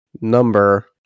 number